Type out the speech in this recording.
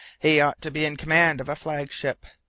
he ought to be in command of a flag-ship.